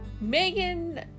Megan